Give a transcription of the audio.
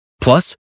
Plus